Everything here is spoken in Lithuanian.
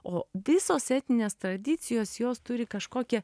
o visos etninės tradicijos jos turi kažkokią